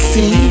See